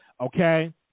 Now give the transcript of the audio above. okay